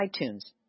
iTunes